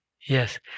Yes